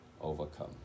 overcome